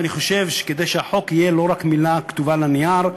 ואני חושב שכדי שהחוק יהיה לא רק מילה כתובה על הנייר,